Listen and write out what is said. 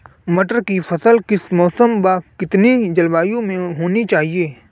टमाटर की फसल किस मौसम व कितनी जलवायु में होनी चाहिए?